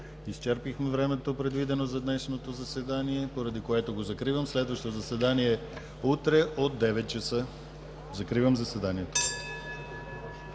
изчерпахме времето, предвидено за днешното заседание, поради което го закривам. Следващо заседание – утре от 9.00 ч. Закривам заседанието.